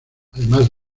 además